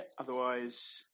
otherwise